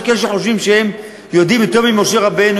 יש כאלה שחושבים שהם יודעים יותר ממשה רבנו,